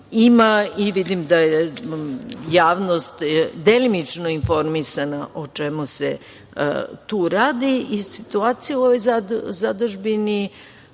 ima i vidim da je javnost delimično informisana o čemu se tu radi. Situacija u ovoj zadužbini